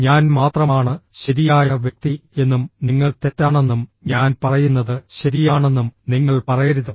ഞാൻ മാത്രമാണ് ശരിയായ വ്യക്തി എന്നും നിങ്ങൾ തെറ്റാണെന്നും ഞാൻ പറയുന്നത് ശരിയാണെന്നും നിങ്ങൾ പറയരുത്